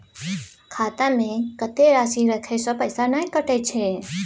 खाता में कत्ते राशि रखे से पैसा ने कटै छै?